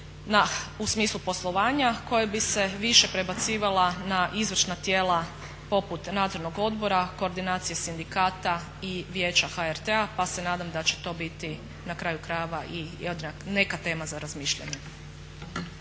u smislu poslovanja koje bi se više prebacivala na izvršna tijela poput nadzornog odbora, koordinacije sindikata i Vijeća HRT-a pa se nadam da će to biti na kraju krajeva i neka tema za razmišljanje.